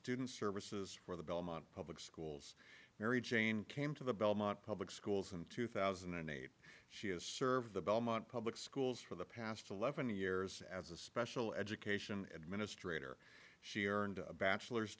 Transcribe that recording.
student services for the belmont public schools mary jane came to the belmont public schools in two thousand and eight she has served the belmont public schools for the past eleven years as a special education administrator she earned a bachelor's